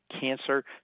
cancer